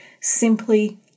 Simply